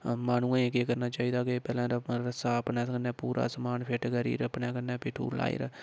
माह्नुएं ई केह् करना चाहि्दा कि पैह्लें ते अपना रस्सा अपने कन्नै पूरा समान फिट करियै अपने कन्नै भिट्ठू लाई रख